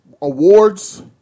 awards